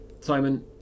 Simon